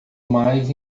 mais